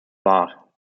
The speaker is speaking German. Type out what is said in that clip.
wahr